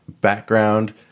background